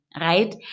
right